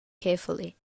carefully